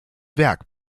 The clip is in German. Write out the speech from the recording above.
werk